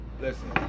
listen